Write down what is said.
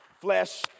flesh